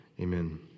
Amen